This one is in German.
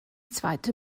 zweite